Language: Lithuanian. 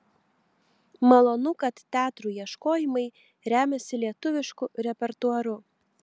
malonu kad teatrų ieškojimai remiasi lietuvišku repertuaru